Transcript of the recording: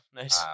nice